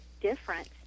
different